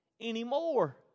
anymore